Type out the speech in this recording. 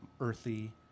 earthy